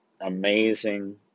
amazing